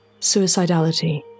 suicidality